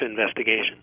investigation